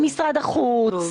תקציבים למשרד החוץ,